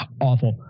Awful